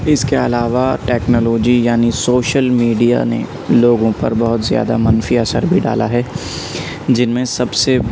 اس کے علاوہ ٹکنالوجی یعنی سوشل میڈیا نے لوگوں پر بہت زیادہ منفی اثر بھی ڈالا ہے جن میں سب سے